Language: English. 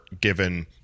given